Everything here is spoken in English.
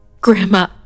Grandma